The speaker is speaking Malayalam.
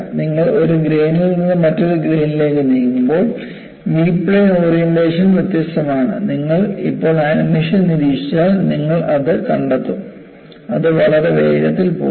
നിങ്ങൾ ഒരു ഗ്രേനിൽ നിന്ന് മറ്റൊരു ഗ്രേനിലേക്ക് നീങ്ങുമ്പോൾ V പ്ലെയിൻ ഓറിയന്റേഷൻ വ്യത്യസ്തമാണ് നിങ്ങൾ ഇപ്പോൾ ആനിമേഷൻ നിരീക്ഷിച്ചാൽ നിങ്ങൾ അത് കണ്ടെത്തും അത് വളരെ വേഗത്തിൽ പോകുന്നു